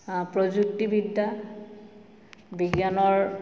প্ৰযুক্তিবিদ্যা বিজ্ঞানৰ